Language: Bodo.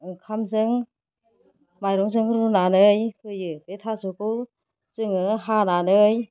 ओंखामजों माइरंजों रुनानै होयो बे थास'खौ जोङो हानानै